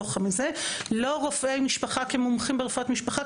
לא רופאי משפחה כמומחים ברפואת משפחה,